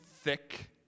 thick